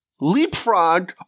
leapfrog